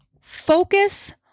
focus